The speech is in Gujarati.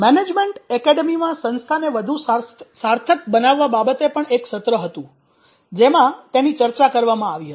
મેનેજમેન્ટ એકેડેમીમાં સંસ્થાને વધુ સાર્થક બનાવવા બાબતે પણ એક સત્ર હતું જેમાં તેની ચર્ચા કરવામાં આવી હતી